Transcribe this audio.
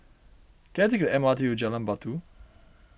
can I take the M R T to Jalan Batu